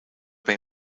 have